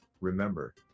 remember